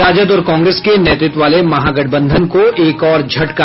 राजद और कांग्रेस के नेतृत्व वाले महागठबंधन को एक और झटका